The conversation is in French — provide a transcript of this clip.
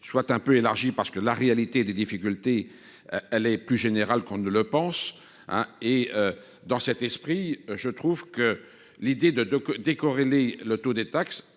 soit un peu élargi, parce que la réalité des difficultés. Elle est plus générale qu'on ne le pense hein et. Dans cet esprit, je trouve que l'idée de de d'écorner le taux des taxes